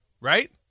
right